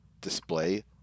display